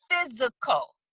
physical